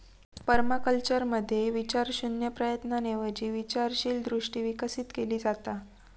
पर्माकल्चरमध्ये विचारशून्य प्रयत्नांऐवजी विचारशील दृष्टी विकसित केली जाता